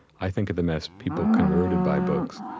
i think of them as people converted by books.